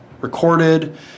recorded